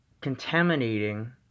contaminating